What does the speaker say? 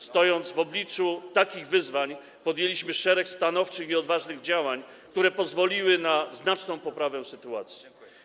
Stojąc w obliczu takich wyzwań, podjęliśmy szereg stanowczych i odważnych działań, które pozwoliły na znaczną poprawę sytuacji.